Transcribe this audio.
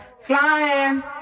Flying